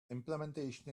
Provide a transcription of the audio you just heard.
implementation